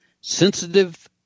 sensitive